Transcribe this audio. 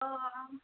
अ अ